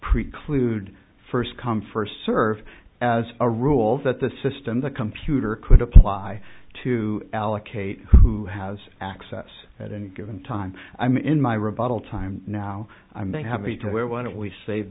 preclude first come first serve as a rule that the system the computer could apply to allocate who has access at any given time i'm in my rebuttal time now i may have the time where why don't we save